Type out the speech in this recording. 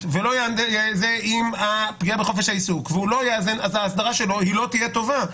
ולא יאזן עם הפגיעה בחופש העיסוק אז האסדרה שלו לא תהיה טובה.